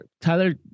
Tyler